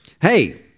Hey